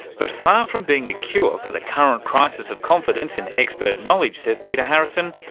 but far from being a cure for the current crisis of confidence in expert knowledge, says peter harrison,